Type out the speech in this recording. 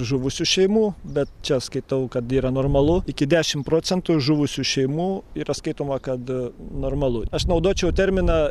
žuvusių šeimų bet čia skaitau kad yra normalu iki dešim procentų žuvusių šeimų yra skaitoma kad normalu aš naudočiau terminą